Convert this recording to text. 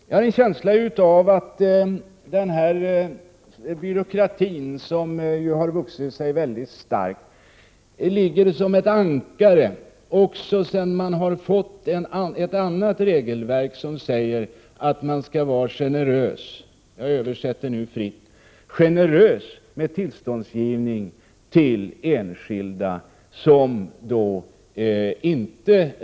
Jag har en känsla av att byråkratin, som vuxit sig väldigt stark, ligger som ett ankare även sedan vi fått ett annat regelverk som säger att man skall vara generös — jag ”översätter” nu fritt — med tillståndsgivning till enskilda förvärv.